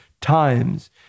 times